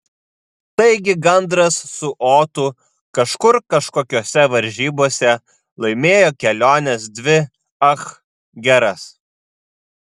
taigi gandras su otu kažkur kažkokiose varžybose laimėjo keliones dvi ach geras